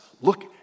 look